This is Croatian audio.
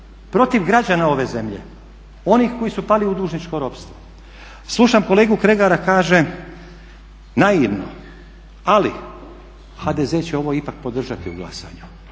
protiv građana ove zemlje, onih koji su pali u dužničko ropstvo. Slušam kolegu Kregara, kaže naivno ali HDZ će ovo ipak podržati u glasanju